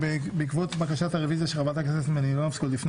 בעקבות בקשת הרביזיה של חברת הכנסת מלינובסקי עוד לפני